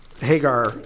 Hagar